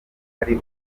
ari